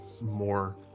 more